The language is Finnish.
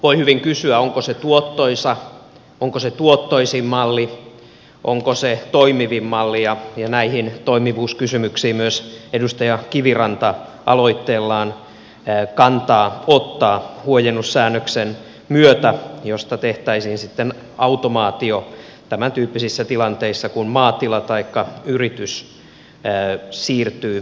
voi hyvin kysyä onko se tuottoisa onko se tuottoisin malli onko se toimivin malli ja näihin toimivuuskysymyksiin myös edustaja kiviranta aloitteellaan kantaa ottaa huojennussäännöksen myötä josta tehtäisiin sitten automaatio tämäntyyppisissä tilanteissa kun maatila taikka yritys siirtyy eteenpäin